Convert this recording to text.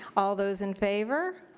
all those in favor.